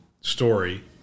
story